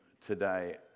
today